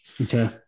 Okay